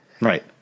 Right